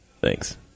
Thanks